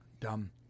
Dumb